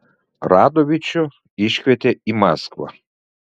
radovičių iškvietė į maskvą